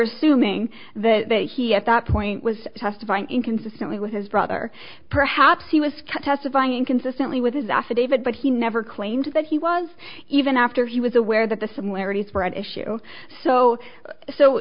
seung that he at that point was testifying inconsistently with his brother perhaps he was cut testifying inconsistently with his affidavit but he never claimed that he was even after he was aware that the similarities were at issue so so